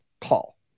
call